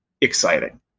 exciting